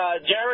Jared